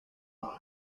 law